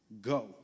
go